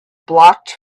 blocked